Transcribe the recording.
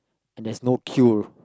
and there's no queue